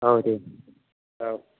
औ दे औ